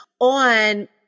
on